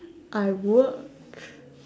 I work